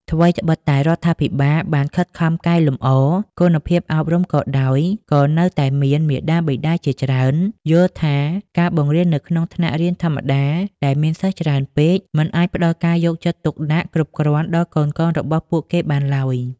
ថ្វីត្បិតតែរដ្ឋាភិបាលបានខិតខំកែលម្អគុណភាពអប់រំក៏ដោយ ក៏នៅមានមាតាបិតាជាច្រើនយល់ថាការបង្រៀននៅក្នុងថ្នាក់រៀនធម្មតាដែលមានសិស្សច្រើនពេក មិនអាចផ្តល់ការយកចិត្តទុកដាក់គ្រប់គ្រាន់ដល់កូនៗរបស់ពួកគេបានឡើយ។